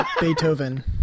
Beethoven